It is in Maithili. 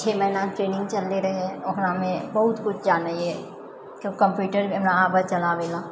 छह महीनाके ट्रेनिंग चललै रहै ओकरामे बहुत किछु जानलियै कम्प्यूटर भी हमरा आबै लऽ चलाबै लऽ